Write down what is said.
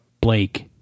Blake